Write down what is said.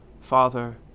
Father